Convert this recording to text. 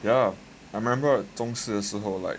ya I remember like 中四的时候 right